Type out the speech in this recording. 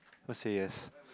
must say yes